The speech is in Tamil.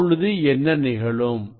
இப்பொழுது என்ன நிகழும்